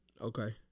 Okay